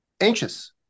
anxious